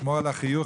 תשמור על החיוך,